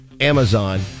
Amazon